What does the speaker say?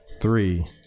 three